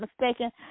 mistaken